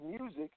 music